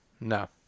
No